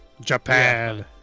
Japan